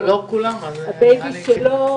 זה הבייבי שלו,